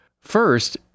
First